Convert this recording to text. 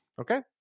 Okay